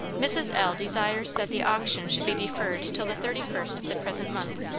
mrs. l. desires that the auction should be deferred till the thirty first of the present month,